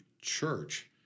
church